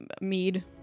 mead